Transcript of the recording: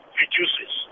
reduces